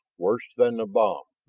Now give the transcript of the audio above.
worse than the bomb.